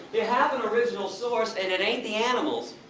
you have an original source, and it ain't the animals.